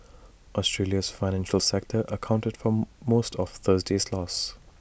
Australia's financial sector accounted for most of Thursday's loss